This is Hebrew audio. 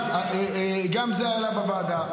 גם זה עלה בוועדה.